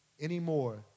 anymore